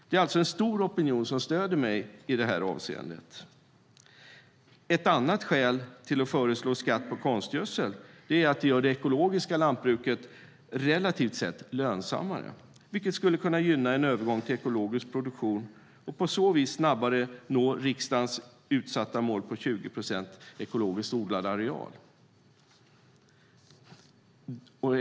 Det är alltså en stor opinion som stöder mig i detta avseende. Ett annat skäl till att föreslå skatt på konstgödsel är att det gör det ekologiska lantbruket, relativt sett, lönsammare. Det skulle gynna en övergång till ekologisk produktion, och på så vis skulle vi snabbare nå riksdagens uppsatta mål om 20 procent ekologiskt odlad areal.